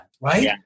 Right